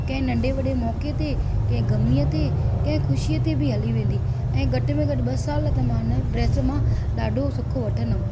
कंहिं नंढे वॾे मौके ते कंहिं ग़मीअ ते कंहिं ख़ुशीअ ते बि हली वेंदी ऐं घटि में घटि ॿ साल त मां हिन ड्रेस मां ॾाढो सुख वठंदमि